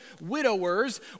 widowers